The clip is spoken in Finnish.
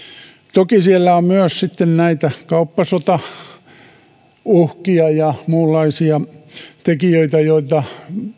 toki siellä on myös sitten näitä kauppasotauhkia ja muunlaisia tekijöitä joista